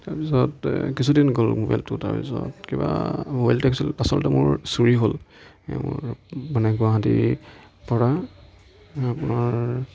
তাৰ পিছত কিছুদিন গ'ল মোবাইলটো তাৰ পিছত কিবা মোবাইলটো আচলতে মোৰ চুৰি হ'ল মোৰ মানে গুৱাহাটীৰ পৰা আপোনাৰ